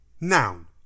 noun